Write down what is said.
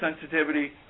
sensitivity